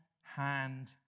hand